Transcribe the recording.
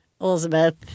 Elizabeth